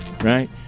right